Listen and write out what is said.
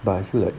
but I feel like